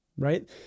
Right